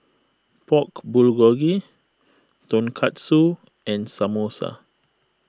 Pork Bulgogi Tonkatsu and Samosa